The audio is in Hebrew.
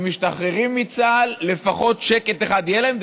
שמשתחררים מצה"ל, לפחות שקט אחד יהיה להם.